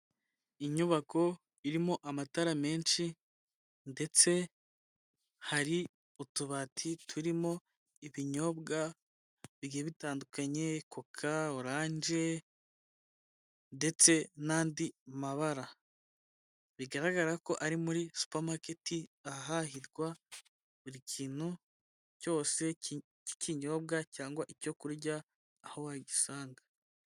Inyubako irimo amatara menshi ndetse hari utubati turimo ibinyobwa bigiye bitandukanye koka, oranje ndetse n'andi mabara, bigaragara ko ari muri supamaketi ahahirwa buri kintu cyose cy'ikinyobwa cyangwa icyo kurya aho wagisanga.